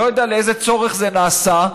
לא יודע לאיזה צורך זה נעשה.